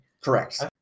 correct